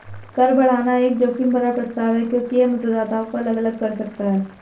कर बढ़ाना एक जोखिम भरा प्रस्ताव है क्योंकि यह मतदाताओं को अलग अलग कर सकता है